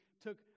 took